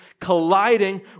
colliding